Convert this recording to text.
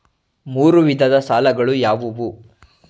ಮೂರು ವಿಧದ ಸಾಲಗಳು ಯಾವುವು?